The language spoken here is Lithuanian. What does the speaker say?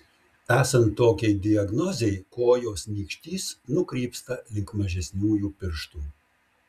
esant tokiai diagnozei kojos nykštys nukrypsta link mažesniųjų pirštų